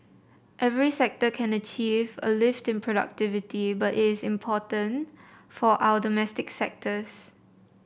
every sector can achieve a lift in productivity but it is important for our domestic sectors